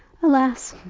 alas,